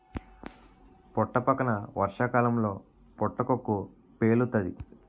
పుట్టపక్కన వర్షాకాలంలో పుటకక్కు పేలుతాది